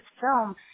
film